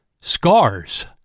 Scars